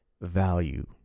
value